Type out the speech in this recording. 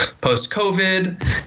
post-COVID